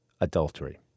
adultery